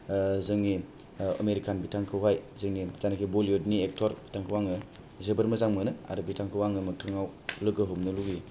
जोंनि आमिर खान बिथांखौहाय जोंनि जानाखि बलिउदनि एकथर बिथांखौ आङो जोबोर मोजां मोनो आरो बिथांखौ आङो मोगथाङाव लोगो हमनो लुगैयो